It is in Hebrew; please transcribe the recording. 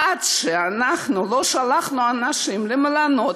עד שאנחנו לא שלחנו אנשים למלונות,